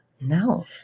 No